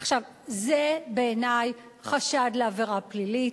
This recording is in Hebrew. עכשיו, זה בעיני חשד לעבירה פלילית.